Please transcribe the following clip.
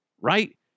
right